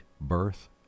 birth